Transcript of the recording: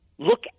Look